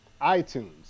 iTunes